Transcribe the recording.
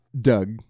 Doug